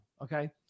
Okay